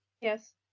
Yes